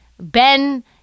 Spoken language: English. Ben